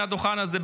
מהדוכן הזה,